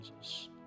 Jesus